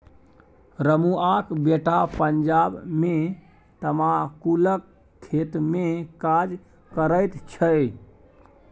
रमुआक बेटा पंजाब मे तमाकुलक खेतमे काज करैत छै